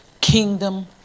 kingdom